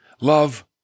Love